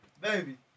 Baby